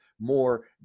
more